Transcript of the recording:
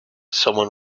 someone